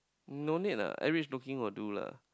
no need lah average looking will do lah